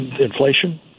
inflation